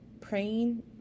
praying